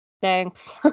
Thanks